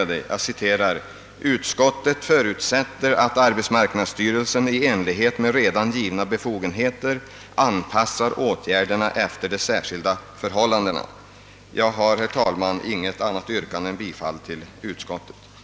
Utskottet skriver: »Utskottet förutsätter att arbetsmarknadsstyrelsen i enlighet med redan givna befogenheter anpassar åtgärderna efter de särskilda förhållandena.» Herr talman! Jag har inget annat yrkande än bifall till utskottets hemställan.